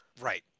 Right